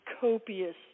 copious